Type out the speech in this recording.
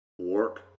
work